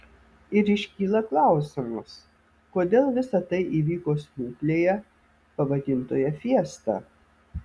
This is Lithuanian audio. ir iškyla klausimas kodėl visa tai įvyko smuklėje pavadintoje fiesta